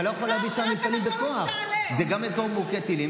אבל אתה לא יכול להאשים את קריית